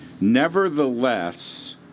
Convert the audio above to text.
Nevertheless